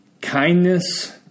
kindness